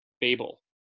Babel